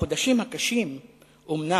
החודשים, הקשים אומנם,